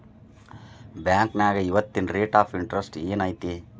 ಬಾಂಕ್ನ್ಯಾಗ ಇವತ್ತಿನ rate of interest ಏನ್ ಐತಿ